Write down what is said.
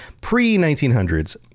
pre-1900s